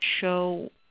show